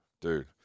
dude